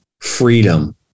freedom